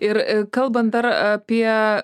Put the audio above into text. ir kalbant dar apie